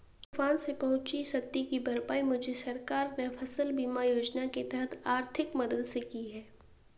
तूफान से पहुंची क्षति की भरपाई मुझे सरकार ने फसल बीमा योजना के तहत आर्थिक मदद से की है